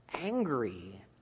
angry